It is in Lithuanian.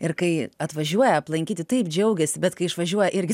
ir kai atvažiuoja aplankyti taip džiaugiasi bet kai išvažiuoja irgi